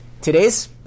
today's